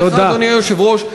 אדוני היושב-ראש,